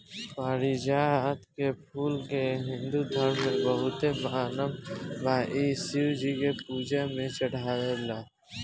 पारिजात के फूल के हिंदू धर्म में बहुते मानल बा इ शिव जी के पूजा में चढ़ेला